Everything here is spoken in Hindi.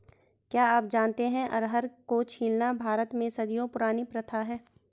क्या आप जानते है अरहर को छीलना भारत में सदियों पुरानी प्रथा है?